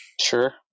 Sure